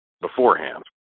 beforehand